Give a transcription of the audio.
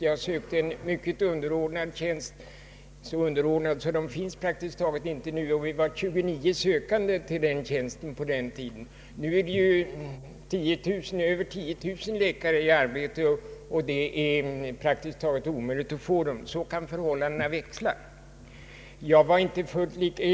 Jag sökte en mycket underordnad tjänst — en så underordnad finns det knappast numera — och vi var ändå 29 sökande till den. Nu finns det över 10 000 läkare i arbete, och det är praktiskt taget omöjligt att få tag i läkare till olika tjänster.